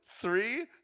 three